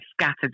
scattered